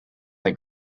like